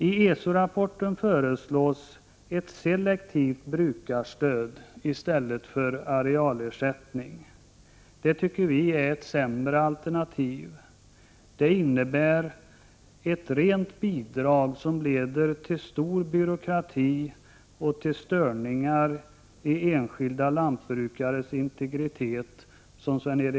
I ESO-rapporten föreslås ett selektivt brukarstöd i stället för arealersättning. Det tycker vi i folkpartiet är ett sämre alternativ. Det innebär, som Sven Eric Lorentzon påpekade, ett rent bidrag som leder till stor byråkrati och till störningar i enskilda lantbrukares integritet.